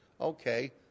okay